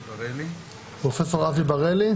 בראלי,